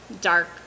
dark